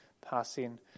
passing